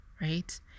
right